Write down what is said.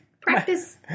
practice